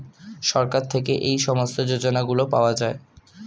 সরকার থেকে এই সমস্ত যোজনাগুলো পাওয়া যায়